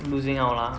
losing out lah